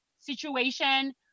situation